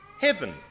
heaven